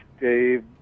Dave